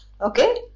okay